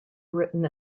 written